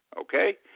okay